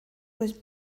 was